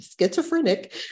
schizophrenic